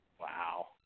wow